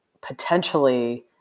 potentially